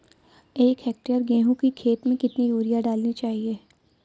एक हेक्टेयर गेहूँ की खेत में कितनी यूरिया डालनी चाहिए?